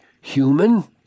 human